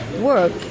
work